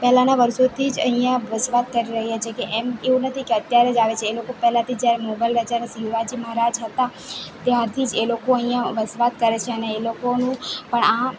પેલાના વર્ષોથી જ અહિયાં વસવાટ કરી રહ્યા છે કે એમ એવું નથી કે અત્યારે જ આવે છે એ લોકો પેલાથી જ જ્યારે મુગલ રાજાને શિવાજી મહારાજ હતા ત્યારથી જ એ લોકો અહિયાં વસવાટ કરે છે અને એ લોકોનું પણ આ